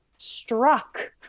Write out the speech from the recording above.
Struck